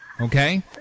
Okay